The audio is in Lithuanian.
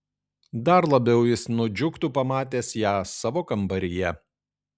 dar labiau jis nudžiugtų pamatęs ją savo kambaryje